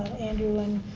andrew, and